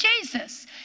Jesus